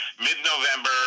mid-November